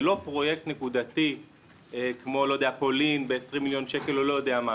זה לא פרויקט נקודתי כמו פולין ב-20 מיליון שקל או לא יודע מה.